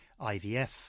IVF